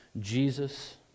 Jesus